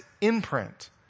imprint